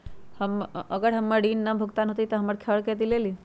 अगर हमर ऋण न भुगतान हुई त हमर घर खेती लेली?